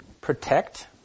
protect